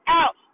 out